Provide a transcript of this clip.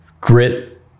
grit